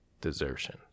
desertion